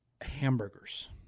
hamburgers